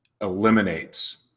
eliminates